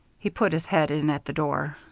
he put his head in at the door.